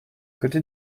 côté